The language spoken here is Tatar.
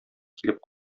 килеп